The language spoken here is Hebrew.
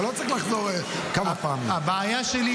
-- ואת ההתנהגות הבוטה והגסה הזאת.